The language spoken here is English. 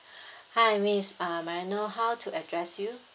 hi miss uh may I know how to address you